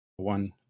one